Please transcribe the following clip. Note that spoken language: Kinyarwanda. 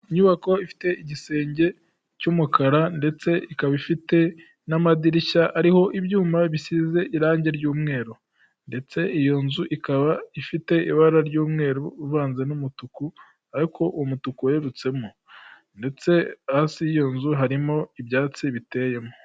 Inyubako ifite igisenge cy'umukara ndetse ikaba ifite n'amadirishya ariho ibyuma bisize irangi ry'umweru ndetse iyo nzu ikaba ifite ibara ry'umweru uvanze n'umutuku ariko umutuku werurutsemo ndetse hasi y'iyo nzu harimo ibyatsi biteyemo.